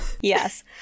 Yes